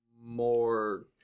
more